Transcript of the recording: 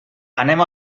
anem